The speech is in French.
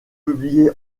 publié